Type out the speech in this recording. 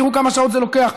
תראו כמה שעות זה לוקח,